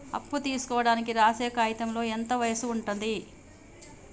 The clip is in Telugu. అప్పు తీసుకోనికి రాసే కాయితంలో ఎంత వయసు ఉంటది?